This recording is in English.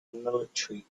military